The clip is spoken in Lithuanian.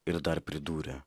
ir dar pridūrė